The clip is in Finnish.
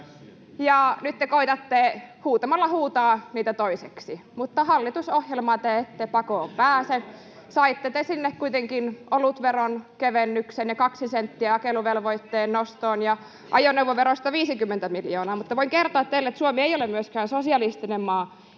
ja nyt te koetatte huutamalla huutaa niitä toiseksi, mutta hallitusohjelmaa te ette pakoon pääse. Saitte te sinne kuitenkin olutveron kevennyksen ja kaksi senttiä jakeluvelvoitteen nostoon ja ajoneuvoverosta 50 miljoonaa, mutta voin kertoa teille, että Suomi ei ole myöskään sosialistinen maa.